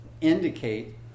indicate